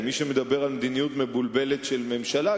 ומי שמדבר על מדיניות מבולבלת של ממשלה,